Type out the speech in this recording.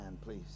please